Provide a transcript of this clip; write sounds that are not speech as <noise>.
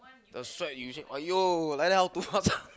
your strike you say !aiyo! like that how to <laughs>